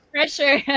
Pressure